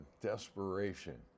desperation